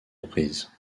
reprises